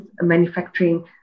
manufacturing